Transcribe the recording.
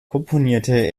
komponierte